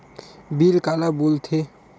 Bill काला बोल थे?